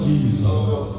Jesus